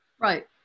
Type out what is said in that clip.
Right